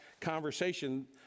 conversation